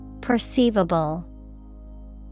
Perceivable